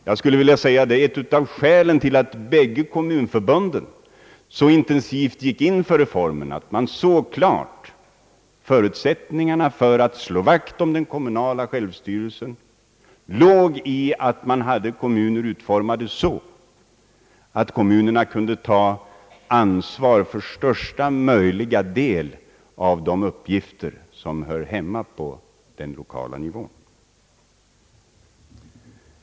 Jag skulle vilja säga att ett av skälen till att bägge kommunförbunden så intensivt gick in för reformen var att de klart såg att förutsättningarna för att slå vakt om den kommunala självstyrelsen låg i att man hade kommuner utformade så att de kunde ta ansvar för största möjliga del av de uppgifter som hör hemma på den lokala nivån.